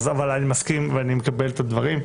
אבל אני מסכים ואני מקבל את הדברים,